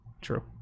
true